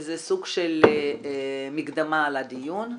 זה סוג של הקדמה לדיון.